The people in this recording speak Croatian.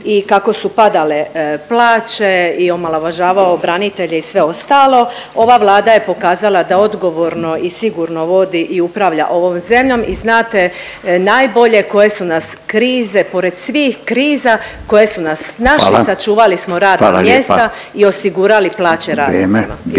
i kako su padale plaće i omalovažavao branitelje i sve ostalo, ova Vlada je pokazala da odgovorno i sigurno vodi i upravlja ovom zemljom i znate najbolje koje su nas krize pored svih kriza koje su nas snašle … …/Upadica Radin: Hvala./… … i sačuvali smo radna